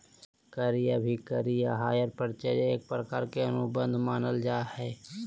क्रय अभिक्रय या हायर परचेज एक प्रकार के अनुबंध मानल जा हय